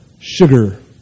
sugar